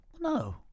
No